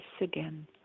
again